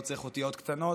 לא צריך אותיות קטנות,